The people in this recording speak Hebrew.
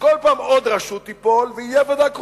שכל פעם עוד רשות תיפול ותהיה ועדה קרואה,